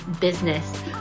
business